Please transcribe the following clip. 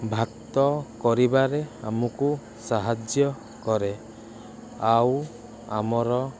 ଭାତ କରିବାରେ ଆମକୁ ସାହାଯ୍ୟ କରେ ଆଉ ଆମର